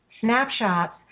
snapshots